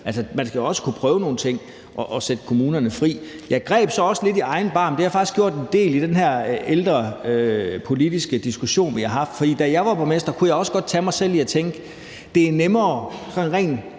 Man skal jo også kunne afprøve nogle ting og sætte kommunerne fri. Jeg greb så også lidt i egen barm – det har jeg faktisk gjort en del i forbindelse med den ældrepolitiske diskussion, vi har haft – for da jeg var borgmester, kunne jeg også godt tage mig selv i at tænke, at det er nemmere sådan rent